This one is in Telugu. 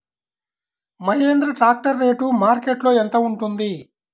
మహేంద్ర ట్రాక్టర్ రేటు మార్కెట్లో యెంత ఉంటుంది?